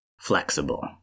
flexible